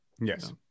yes